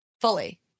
Fully